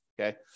Okay